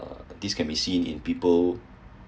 uh this can be seen in people